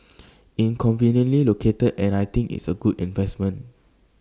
in conveniently located and I think it's A good investment